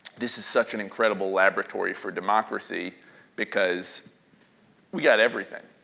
this is such an incredible laboratory for democracy because we got everything.